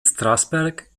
strasberg